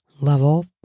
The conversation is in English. Level